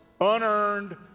unearned